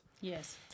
Yes